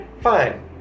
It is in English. Fine